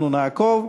אנחנו נעקוב.